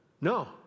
no